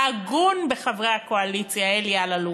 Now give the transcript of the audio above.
ההגון בחברי הקואליציה, אלי אלאלוף: